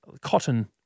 cotton